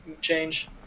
change